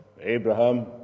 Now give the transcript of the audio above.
Abraham